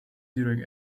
during